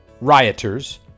rioters